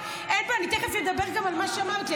------ אני תכף אדבר גם על מה שאמרת לי,